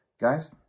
Guys